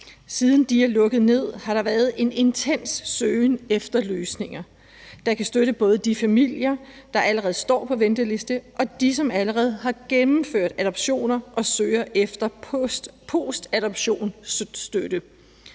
Siden DIA lukkede ned, har der været en intens søgning efter løsninger, der kan støtte både de familier, der allerede står på venteliste, og dem, som allerede har gennemført adoptioner og søger efter postadoptionsstøtte. Lige